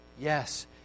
Yes